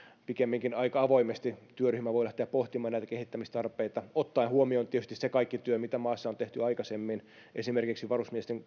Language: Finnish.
pikemminkin aika avoimesti työryhmä voi lähteä pohtimaan näitä kehittämistarpeita ottaen huomioon tietysti sen kaiken työn mitä maassa on tehty aikaisemmin esimerkiksi varusmiesten